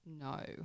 no